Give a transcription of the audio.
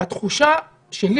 והתחושה שלי,